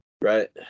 right